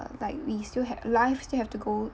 like we still have life still have to go